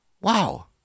wow